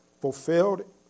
fulfilled